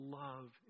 love